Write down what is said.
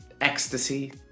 ecstasy